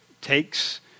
takes